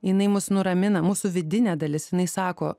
jinai mus nuramina mūsų vidinė dalis jinai sako